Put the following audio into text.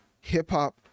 hip-hop